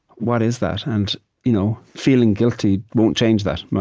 what is that? and you know feeling guilty won't change that.